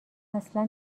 اصلا